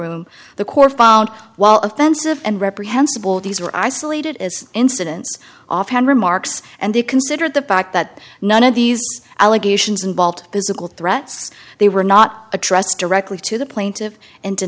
room the court found while offensive and reprehensible these were isolated as incidents offhand remarks and they considered the fact that none of these allegations involved physical threats they were not addressed directly to the plaintive and